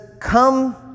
come